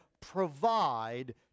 provide